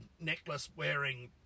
necklace-wearing